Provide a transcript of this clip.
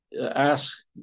ask